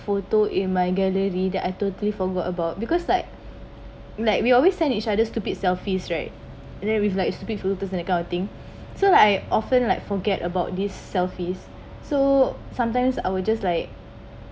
photo in my gallery that I totally forgot about because like like we always send each other stupid selfies right and then we like stupid photo and that kind of thing so like I often like forget about this selfies so sometimes I will just like